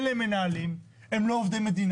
אין להם מנהלים, הם לא עובדי מדינה,